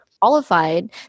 qualified